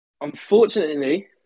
unfortunately